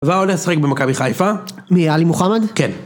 בואו שיחק במכבי חיפה. נראה לי מוחמד? כן.